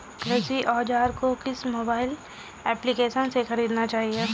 कृषि औज़ार को किस मोबाइल एप्पलीकेशन से ख़रीदना चाहिए?